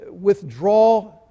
Withdraw